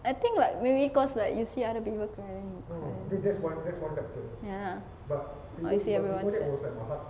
I think like maybe cause like you see other people cry then you cry ya lah or you see everyone